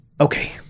okay